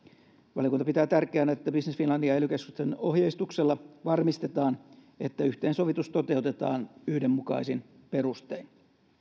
valiokunta pitää tärkeänä että business finlandin ja ely keskusten ohjeistuksella varmistetaan että yhteensovitus toteutetaan yhdenmukaisin perustein